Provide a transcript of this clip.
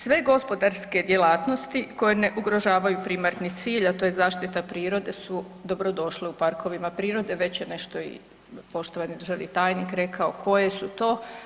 Sve gospodarske djelatnosti koje ne ugrožavaju primarni cilj, a to je zaštita prirode su dobro došle u parkovima prirode, već je nešto i poštovani državni tajnik rekao koje su to.